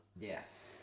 Yes